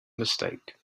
mistake